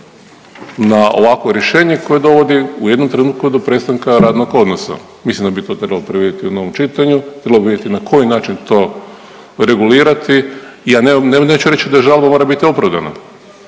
na ovakvo rješenje koje dovodi u jednom trenutku do prestanka radnog odnosa. Mislim da to bi to trebalo provjeriti u novom čitanju, trebalo bi vidjeti na koji način to regulirati, ja neću reći da žalba mora biti opravdana,